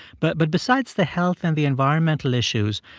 but but besides the health and the environmental issues,